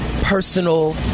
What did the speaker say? personal